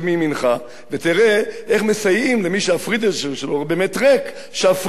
ותראה איך מסייעים לזה שהפריג'ידר שלו באמת ריק שהפריג'ידר יהיה מלא.